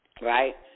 Right